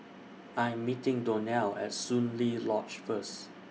I Am meeting Donnell At Soon Lee Lodge First